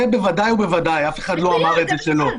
זה בוודאי ובוודאי, אף אחד לא אמר שלא.